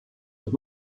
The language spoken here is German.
und